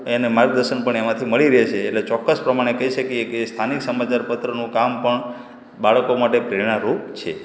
એને માર્ગદર્શન પણ એમાંથી મળી રહે છે એટલે ચોક્કસ પ્રમાણે કહી શકીએ કે એ સ્થાનિક સમાચારપત્રનું કામ પણ બાળકો માટે પ્રેરણારૂપ છે